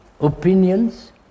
opinions